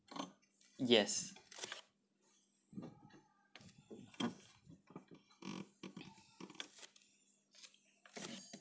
yes